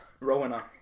Rowena